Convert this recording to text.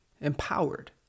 empowered